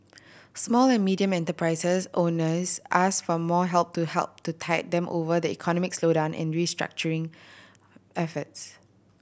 small and medium enterprise owners asked for more help to help to tide them over the economic slowdown and restructuring efforts